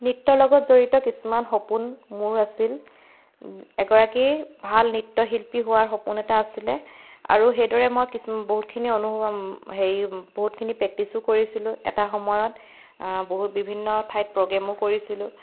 নৃত্যৰ লগত জড়িত কিছুমান সপোন মোৰ আছিল এগৰাকী ভাল নৃত্যশিল্পী হোৱাৰ সপোন এটা আছিলে আৰু সেইদৰে মই বহুতখিনি সেই বহুতখিনি প্ৰেক্টিছো কৰিছিলোঁ এটা সময়ত বহুত বিভিন্ন ঠাইত প্ৰগ্ৰেমো কৰিছিলোঁ